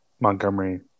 Montgomery